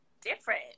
different